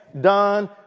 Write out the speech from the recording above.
done